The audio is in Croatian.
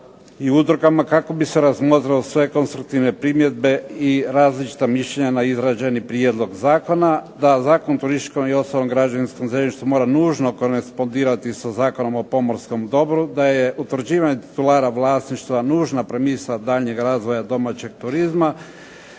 i udrugama kako bi se razmotrile sve konstruktivne primjedbe i različita mišljenja na izrađeni prijedlog zakona. Da Zakon o turističkom i ostalom građevinskom zemljištu mora nužno korenspodirati sa Zakonom o pomorskom dobru, da je utvrđivanje titulara vlasništva nužna premisao daljnjeg razvoja domaćeg turizma,